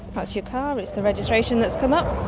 that's your car, it's the registration that's come up.